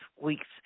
weeks